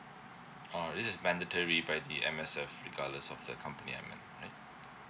oh this is mandatory by the M_S_F regardless of the company amend right